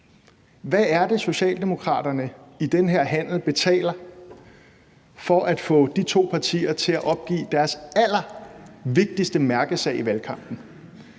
Hvad er det, Socialdemokraterne i den her handel betaler for at få de to partier til at opgive deres allervigtigste mærkesag i valgkampen?